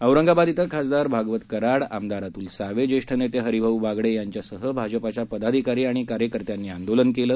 औरंगाबाद ॐ खासदार भागवत कराड आमदार अतुल सावे ज्येष्ठ नेते हरिभाऊ बागडे यांच्यासह भाजपच्या पदाधिकारी तसंच कार्यकर्त्यांनी आंदोलन केलं